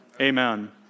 Amen